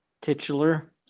Titular